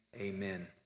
amen